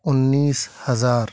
انیس ہزار